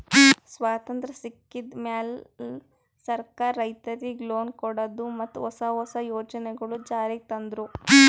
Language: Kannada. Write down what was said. ಸ್ವತಂತ್ರ್ ಸಿಕ್ಕಿದ್ ಮ್ಯಾಲ್ ಸರ್ಕಾರ್ ರೈತರಿಗ್ ಲೋನ್ ಕೊಡದು ಮತ್ತ್ ಹೊಸ ಹೊಸ ಯೋಜನೆಗೊಳು ಜಾರಿಗ್ ತಂದ್ರು